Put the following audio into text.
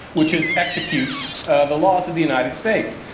which is execute ah the laws of the united states.